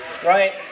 Right